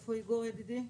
איפה איגוד ידידי?